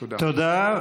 תודה.